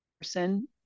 person